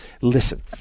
Listen